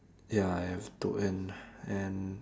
ya I have to earn and